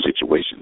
situation